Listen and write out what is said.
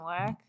work